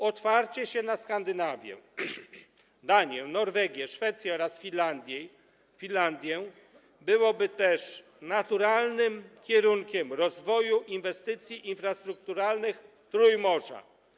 Otwarcie się na Skandynawię: Danię, Norwegię, Szwecję oraz Finlandię byłoby też naturalnym kierunkiem rozwoju inwestycji infrastrukturalnych Trójmorza.